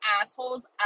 assholes